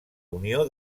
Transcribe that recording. unió